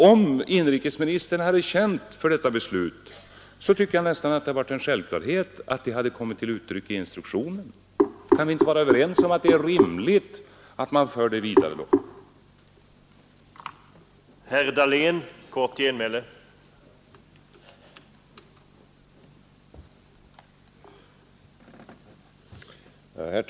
Om inrikesministern hade känt för detta beslut tycker jag således att det nästan hade varit en självklarhet att det hade kommit till uttryck i instruktionen. Kan vi inte vara överens om att det är rimligt att man för riksdagens uppfattning vidare?